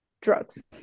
drugs